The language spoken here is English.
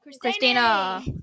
Christina